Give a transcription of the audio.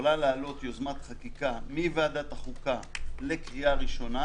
יכולה לעלות יוזמת חקיקה מוועדת החוקה לקריאה ראשונה